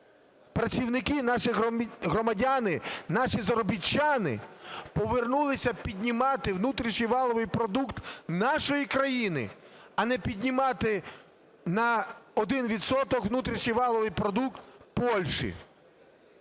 працівники, наші громадяни, наші заробітчани повернулися піднімати внутрішній валовий продукт нашої країни, а не піднімати на 1 відсоток внутрішній валовий продукт Польщі.